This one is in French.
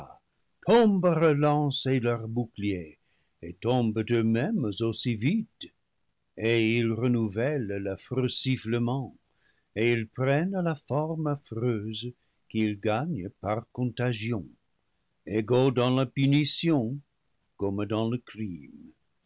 et leurs boucliers et tombent eux-mêmes aussi vite et ils renouvellent l'affreux sifflement et ils prennent la forme affreuse qu'ils gagnent par contagion égaux dans la punition comme dans le crime